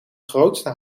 grootste